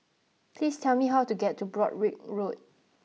please tell me how to get to Broadrick Road